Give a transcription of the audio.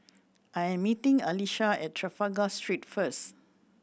I am meeting Alisha at Trafalgar Street first